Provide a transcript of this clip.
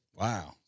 Wow